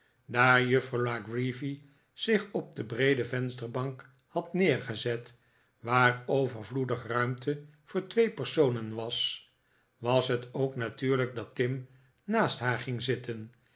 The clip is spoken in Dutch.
daar juffrouw la creevy zich op de breede vensterbank had neergezet waar overvloedig ruimte voor twee personen was was het ook natuurlijk dat tim naast haar ging zitten